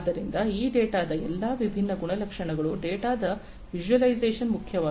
ಆದ್ದರಿಂದ ಈ ಡೇಟಾದ ಈ ಎಲ್ಲಾ ವಿಭಿನ್ನ ಗುಣಲಕ್ಷಣಗಳು ಡೇಟಾದ ವಿಶ್ಷ್ಯಲೈಸೇಶನ್ ಮುಖ್ಯವಾಗಿದೆ